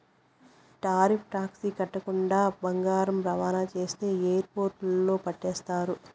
tariff tax కట్టకుండా బంగారం రవాణా చేస్తే ఎయిర్పోర్టుల్ల పట్టేస్తారు